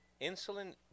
Insulin